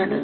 ആണ്